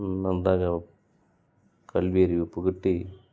நன்றாக கல்வியறிவை புகட்டி